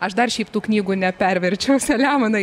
aš dar šiaip tų knygų neperverčiau selemonai